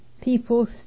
People